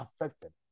affected